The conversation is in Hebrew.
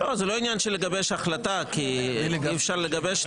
זה לא עניין של לגבש החלטה כי אי אפשר לגבש.